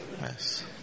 Yes